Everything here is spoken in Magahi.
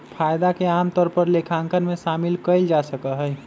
फायदा के आमतौर पर लेखांकन में शामिल कइल जा सका हई